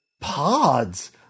pods